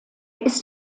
ist